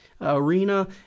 Arena